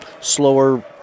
slower